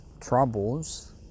troubles